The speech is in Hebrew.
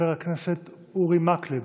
חבר הכנסת אורי מקלב.